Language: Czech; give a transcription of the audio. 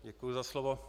Děkuji za slovo.